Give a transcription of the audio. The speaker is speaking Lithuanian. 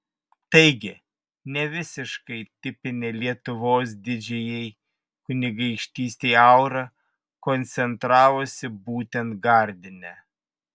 taigi ne visiškai tipinė lietuvos didžiajai kunigaikštystei aura koncentravosi būtent gardine